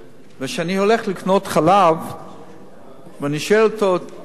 וכשאני הולך לקנות חלב ואני שואל: תגיד לי,